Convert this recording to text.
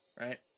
right